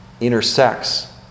intersects